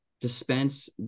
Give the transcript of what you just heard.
dispense